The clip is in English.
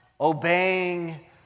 obeying